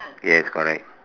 yes correct